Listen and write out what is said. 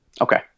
Okay